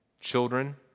children